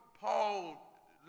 Paul